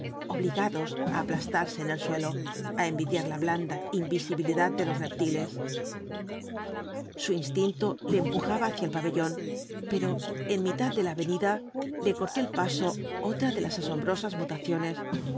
obligados á aplastarse en el suelo á envidiar la blanda invisibilidad de los reptiles su instinto le empujaba hacia el pabellón pero en mitad de la avenida le cortó el paso otra de las asombrosas mutaciones